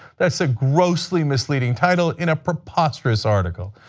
that is a grossly misleading title in a preposterous article.